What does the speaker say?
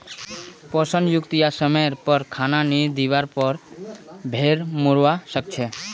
पोषण युक्त या समयर पर खाना नी दिवार पर भेड़ मोरवा सकछे